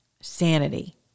sanity